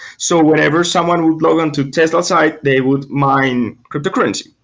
so whenever someone would log on to tesla's site, they would mine cryptocurrency.